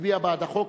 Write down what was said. אצביע בעד החוק,